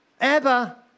Abba